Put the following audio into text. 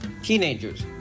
teenagers